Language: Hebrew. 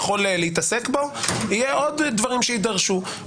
הגן מוקם לזכר נערים שהתנדבו לזחול על קוצים,